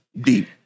deep